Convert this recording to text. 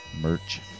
Merch